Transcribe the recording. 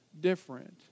different